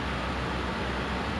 on my like day to day